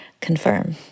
Confirm